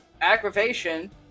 Aggravation